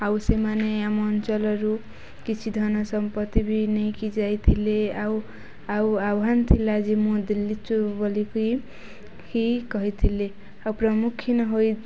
ଆଉ ସେମାନେ ଆମ ଅଞ୍ଚଲରୁ କିଛି ଧନ ସମ୍ପତ୍ତି ବି ନେଇକି ଯାଇଥିଲେ ଆଉ ଆଉ ଆହ୍ୱାନ ଥିଲା ଯେ ମୁଁ ଦିଲ୍ଲୀଚୁ ବୋଲିକି ହି କହିଥିଲେ ଆଉ ପ୍ରମୁଖୀନ ହୋଇ